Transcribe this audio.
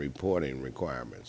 reporting requirements